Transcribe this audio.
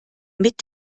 mit